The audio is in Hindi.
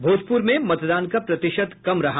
भोजपुर में मतदान का प्रतिशत कम रहा